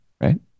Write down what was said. right